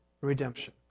Redemption